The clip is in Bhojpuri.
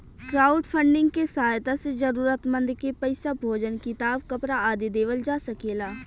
क्राउडफंडिंग के सहायता से जरूरतमंद के पईसा, भोजन किताब, कपरा आदि देवल जा सकेला